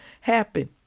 happen